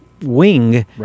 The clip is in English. wing